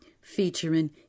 featuring